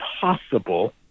possible